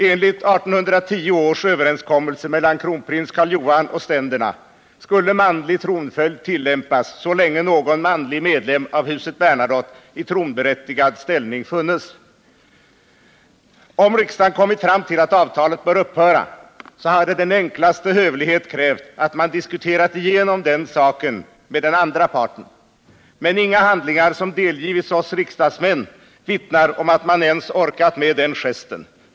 Enligt 1810 års överenskommelse mellan kronprins Karl Johan och ständerna skulle manlig tronföljd tillämpas, så länge någon manlig medlem av huset Bernadotte i tronberättigad ställning funnes. Om riksdagen kommit fram till att avtalet bör upphöra hade den enklaste hövlighet krävt att man diskuterat igenom saken med den andra parten, men inga handlingar som delgivits oss riksdagsmän vittnar om att man ens orkat göra den gesten.